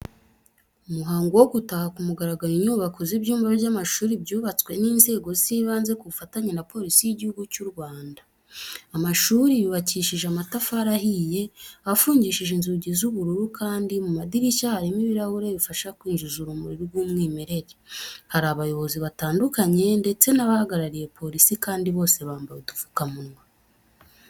Umuhango wo gutaha ku mugaragaro inyubako z'ibyumba by'amashuri byubatswe n'inzego z'ibanze ku bufatanye na Polisi y'Igihugu cy'u Rwanda. Amashuri yubakishije amatafari ahiye, afungishije inzugi z'ubururu kandi mu madirishya harimo ibirahure bifasha kwinjiza urumuri rw'umwimerere. Hari abayobozi batandukanye ndetse n'abahagarariye polisi kandi bose bambaye udupfukamunwa.